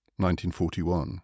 1941